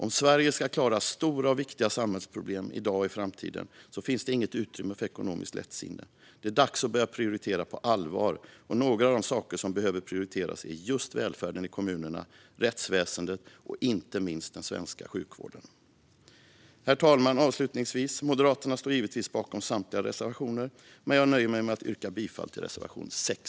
Om Sverige ska klara stora och viktiga samhällsproblem i dag och i framtiden finns det inget utrymme för ekonomiskt lättsinne. Det är dags att börja prioritera på allvar. Några av de saker som behöver prioriteras är just välfärden i kommunerna, rättsväsendet och inte minst sjukvården. Herr talman! Avslutningsvis vill jag säga att Moderaterna givetvis står bakom samtliga reservationer, men jag nöjer mig med att yrka bifall enbart till reservation 6.